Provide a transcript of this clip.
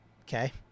Okay